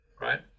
right